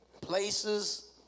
places